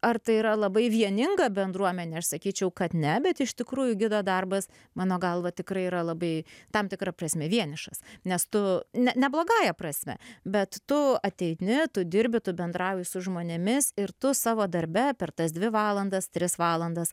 ar tai yra labai vieninga bendruomenė aš sakyčiau kad ne bet iš tikrųjų gido darbas mano galva tikrai yra labai tam tikra prasme vienišas nes tu ne ne blogąja prasme bet tu ateini tu dirbi tu bendrauji su žmonėmis ir tu savo darbe per tas dvi valandas tris valandas